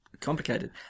Complicated